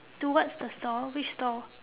towards the store which store